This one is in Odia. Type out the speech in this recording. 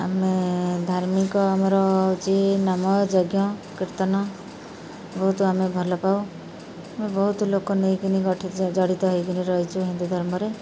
ଆମେ ଧାର୍ମିକ ଆମର ହେଉଛି ନାମ ଯଜ୍ଞ କୀର୍ତ୍ତନ ବହୁତ ଆମେ ଭଲ ପାଉ ବହୁତ ଲୋକ ନେଇକିନି ଗଠିତ ଜଡ଼ିତ ହେଇକିରି ରହିଛୁ ହିନ୍ଦୁ ଧର୍ମରେ